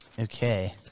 Okay